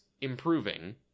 improving